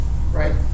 right